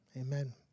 Amen